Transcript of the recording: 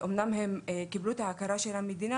הם אומנם קיבלו את ההכרה של המדינה,